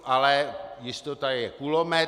Ale jistota je kulomet.